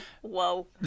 whoa